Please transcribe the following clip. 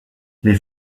les